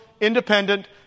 independent